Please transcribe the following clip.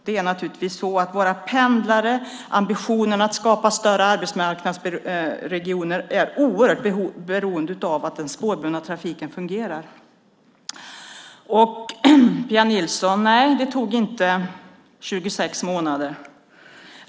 Det är naturligtvis så att våra pendlare och ambitionen att skapa större arbetsmarknadsregioner är oerhört beroende av att den spårbundna trafiken fungerar. Désirée Liljevall! Nej, det tog inte 26 månader.